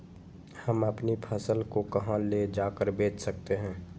हम अपनी फसल को कहां ले जाकर बेच सकते हैं?